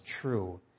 true